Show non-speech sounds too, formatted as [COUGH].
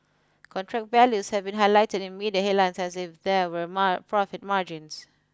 contract values have been highlighted in media headlines as if there were [UNINTELLIGIBLE] profit margins